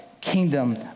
kingdom